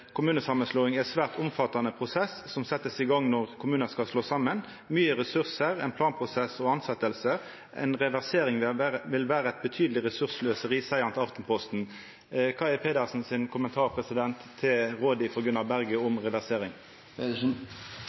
kommunesamanslåing er «en svært omfattende prosess som settes i gang når kommuner skal slås sammen. Mye ressurser, en planprosess og ansettelser. En reversering vil være et betydelig ressurssløseri». Det seier han til Aftenposten. Kva er Pedersens kommentar til rådet frå Gunnar Berge om reversering?